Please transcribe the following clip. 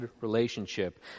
relationship